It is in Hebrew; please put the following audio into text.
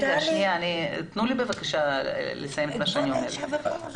רגע, תנו לי, בבקשה, לסיים את מה שאני אומרת.